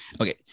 Okay